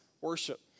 worship